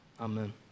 Amen